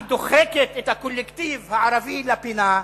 היא דוחקת את הקולקטיב הערבי לפינה,